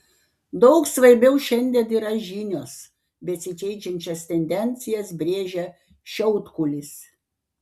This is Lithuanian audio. daug svarbiau šiandien yra žinios besikeičiančias tendencijas brėžia šiautkulis